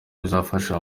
bizafasha